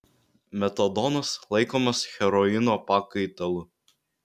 metadonas laikomas heroino pakaitalu